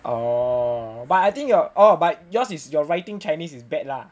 oo but I think your oh but yours is your writing chinese is bad lah